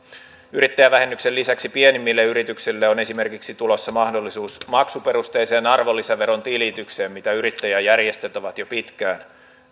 yrittäjävähennyksen lisäksi pienimmille yrityksille on esimerkiksi tulossa mahdollisuus maksuperusteiseen arvonlisäveron tilitykseen mitä yrittäjäjärjestöt ovat jo pitkään